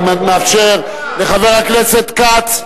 אני מאפשר לחבר הכנסת כץ,